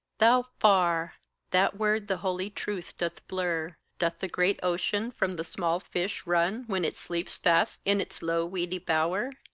thou far that word the holy truth doth blur. doth the great ocean from the small fish run when it sleeps fast in its low weedy bower?